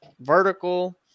Vertical